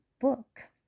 book